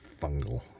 fungal